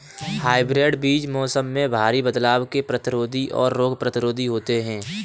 hybrid बीज मौसम में भारी बदलाव के प्रतिरोधी और रोग प्रतिरोधी होते हैं